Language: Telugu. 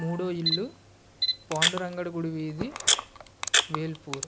మూడో ఇల్లు పాండురంగడు గుడి వీధి వేల్పూర్